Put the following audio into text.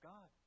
God